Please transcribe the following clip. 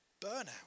Burnout